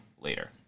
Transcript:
later